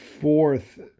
fourth